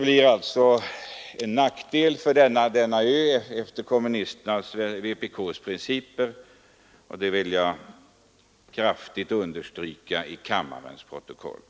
Vpk:s principer skulle innebära en nackdel för ön; det vill jag kraftigt understryka i kammarens protokoll.